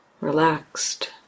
Relaxed